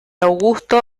augusto